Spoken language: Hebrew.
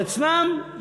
ואצלם,